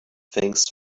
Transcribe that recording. things